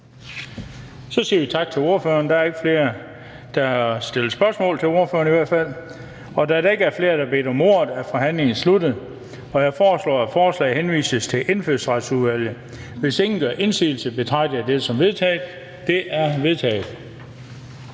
Så siger vi tak til ordføreren. Der er i hvert fald ikke flere, der har stillet spørgsmål til ordføreren. Da der ikke er flere, som har bedt om ordet, er forhandlingen sluttet. Jeg foreslår, at forslaget henvises til Indfødsretsudvalget. Hvis ingen gør indsigelse, betragter jeg dette som vedtaget. Det er vedtaget.